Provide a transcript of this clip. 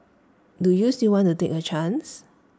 do you still want to take A chance